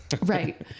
Right